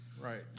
Right